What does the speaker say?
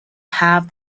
have